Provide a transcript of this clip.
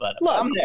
Look